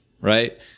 right